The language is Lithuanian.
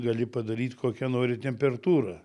gali padaryt kokią nori temperatūrą